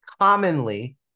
commonly